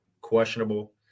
questionable